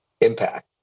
impact